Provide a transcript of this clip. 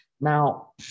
Now